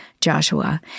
Joshua